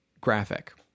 graphic